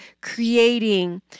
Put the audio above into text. creating